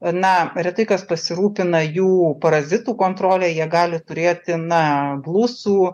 na retai kas pasirūpina jų parazitų kontrole jie gali turėti na blusų